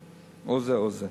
או זה או זה.